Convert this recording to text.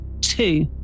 Two